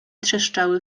trzeszczały